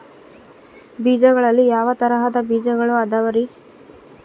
ಬೇಜಗಳಲ್ಲಿ ಯಾವ ತರಹದ ಬೇಜಗಳು ಅದವರಿ?